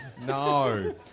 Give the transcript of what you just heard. No